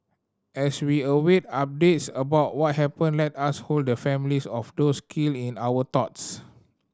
as we await updates about what happened let us hold the families of those killed in our thoughts